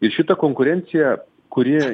ir šita konkurencija kuri